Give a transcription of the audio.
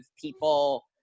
people